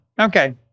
Okay